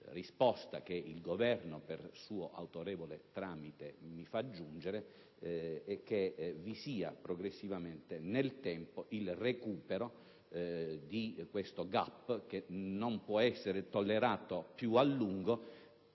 che il Governo per suo autorevole tramite mi fa giungere, vi sia progressivamente il recupero di questo *gap*, che non può essere tollerato più a lungo